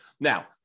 Now